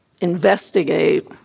investigate